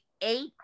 eight